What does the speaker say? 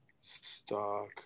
Stock